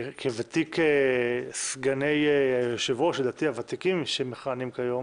כוותיק סגני היושב-ראש המכהנים היום,